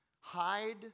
hide